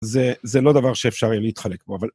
זה זה לא דבר שאפשר יהיה להתחלק בו, אבל...